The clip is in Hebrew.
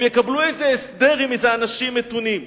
הם יקבלו איזה הסדר עם איזה אנשים מתונים.